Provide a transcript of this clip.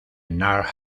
north